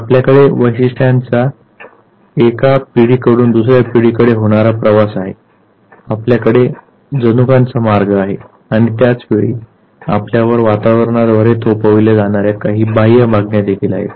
आपल्याकडे वैशिष्ट्यांचा एका पिढीकडून दुसर्या पिढीकडे होणारा प्रवास आहे आपल्याकडे जनुकांचा मार्ग आहे आणि त्याच वेळी आपल्यावर वातावरणाद्वारे थोपविल्या जाणार्या काही बाह्य मागण्या देखील आहेत